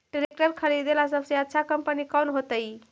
Tractor खरीदेला सबसे अच्छा कंपनी कौन होतई?